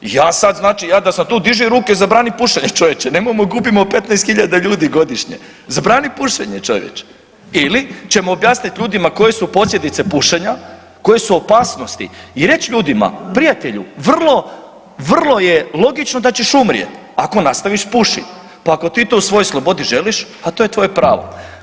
Ja sad znači, ja da sam tu diži ruke i zabrani pušenje, nemojmo gubimo 15.000 ljudi godišnje, zabrani pušenje čovječe ili ćemo objasnit ljudima koje su posljedice pušenja, koje su opasnosti i reć ljudima, prijatelju vrlo, vrlo je logično da ćeš umrijet ako nastaviš pušit, pa ako ti to u svojoj slobodi želiš, ha to je tvoje pravo.